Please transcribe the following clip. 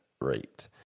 rate